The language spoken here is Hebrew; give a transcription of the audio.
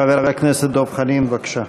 חבר הכנסת דב חנין, בבקשה.